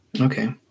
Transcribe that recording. Okay